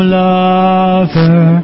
lover